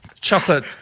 chocolate